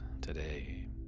today